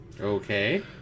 okay